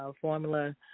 Formula